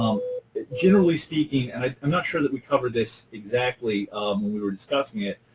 generally speaking, and i'm not sure that we covered this exactly when we were discussing it,